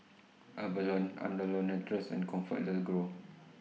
Avalon Andalou Naturals and ComfortDelGro